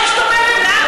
בחרתי,